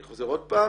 אני חוזר עוד פעם